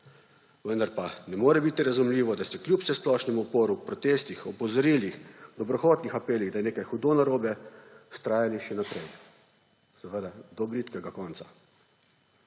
Vendar pa ne more biti razumljivo, da ste kljub vsesplošnemu uporu, protestih, opozorilih, dobronamernih apelih, da je nekaj hudo narobe, vztrajali še naprej, seveda, do bridkega konca.